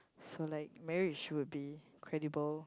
so like married should be credible